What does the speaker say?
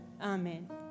amen